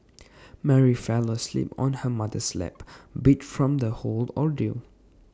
Mary fell asleep on her mother's lap beat from the whole ordeal